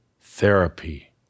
therapy